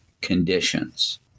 conditions